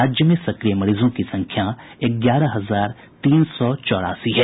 राज्य में सक्रिय मरीजों की संख्या ग्यारह हजार तीन सौ चौरासी है